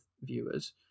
viewers